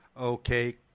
okay